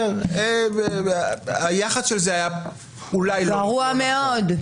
זה גרוע מאוד.